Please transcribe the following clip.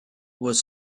was